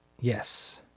Yes